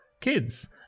kids